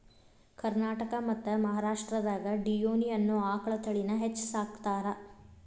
ಕರ್ನಾಟಕ ಮತ್ತ್ ಮಹಾರಾಷ್ಟ್ರದಾಗ ಡಿಯೋನಿ ಅನ್ನೋ ಆಕಳ ತಳಿನ ಹೆಚ್ಚ್ ಸಾಕತಾರ